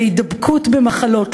להידבקות במחלות,